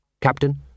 Captain